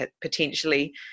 potentially